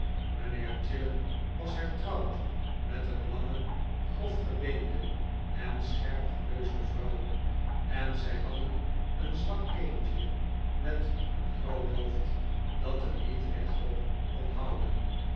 mijnheer chillip was hertrouwd met een lange grof gebeende en scherp geneusde vrouw en zij hadden een zwak kindje met een groot hoofd dat het niet rechtop kon houden